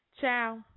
Ciao